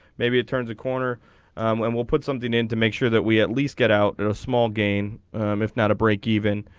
maybe turn the corner when we'll put something in to make sure that we at least get out and a small gain if not a break even.